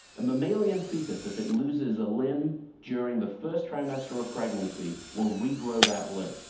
a mammalian fetus, if it loses a limb during the first trimester of pregnancy, will re-grow that limb.